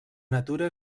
natura